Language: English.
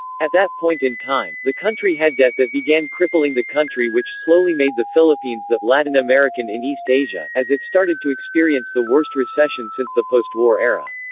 at that point in time, the country had debt that began crippling the country which slowly made the philippines the latin-american in east asia as it started to experience the worst recession since the post-war era.